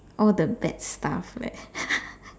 it's like all the bad stuff leh